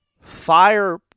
fire